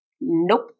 Nope